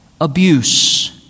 abuse